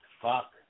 Fuck